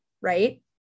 right